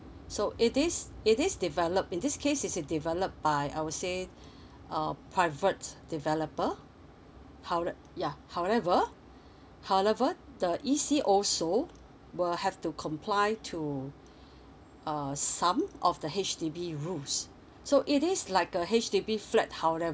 so it is it is develop in this case it is develop by I would say uh private developer howev~ yeah however however the E_C also will have to comply to uh some of the H_D_B rules so it is like a H_D_B flat however